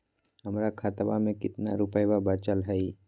हमर खतवा मे कितना रूपयवा बचल हई?